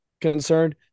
concerned